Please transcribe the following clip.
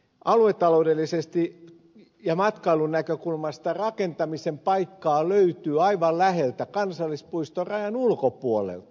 aluetaloudellisesti ja matkailun näkökulmasta rakentamisen paikkaa löytyy aivan läheltä kansallispuistorajan ulkopuolelta